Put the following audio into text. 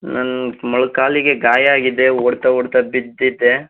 ನನ್ನ ಮೊಳಕಾಲಿಗೆ ಗಾಯ ಆಗಿದೆ ಓಡ್ತಾ ಓಡ್ತಾ ಬಿದ್ದಿದ್ದೆ